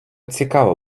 цікаво